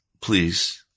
please